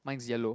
mine's yellow